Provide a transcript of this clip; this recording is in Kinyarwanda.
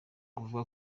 kuvuga